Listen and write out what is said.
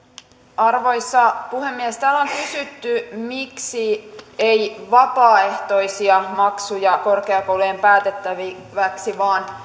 arvoisa puhemies täällä on kysytty miksi ei vapaaehtoisia maksuja korkeakoulujen päätettäväksi vaan